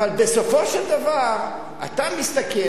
אבל, בסופו של דבר, אתה מסתכל.